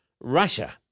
Russia